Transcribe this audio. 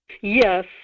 Yes